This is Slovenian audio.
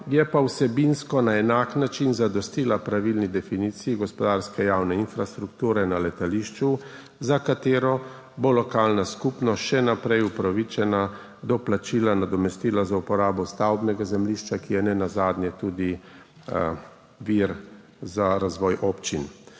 je pa vsebinsko na enak način zadostila pravilni definiciji gospodarske javne infrastrukture na letališču, za katero bo lokalna skupnost še naprej upravičena do plačila nadomestila za uporabo stavbnega zemljišča, ki je nenazadnje tudi vir za razvoj občin.